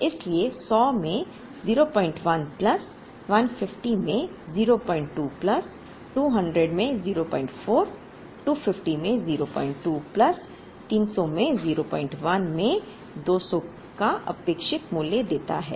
इसलिए 100 में 01 प्लस 150 में 02 प्लस 200 में 04 250 में 02 प्लस 300 में 01 में 200 का अपेक्षित मूल्य देता है